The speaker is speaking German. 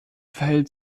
verhält